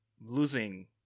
losing